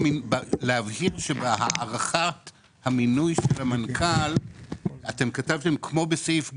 להבהיר שבהארכת המינוי של המנכ"ל אתם כתבתם כמו בסעיף (ג).